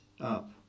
up